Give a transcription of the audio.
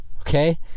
okay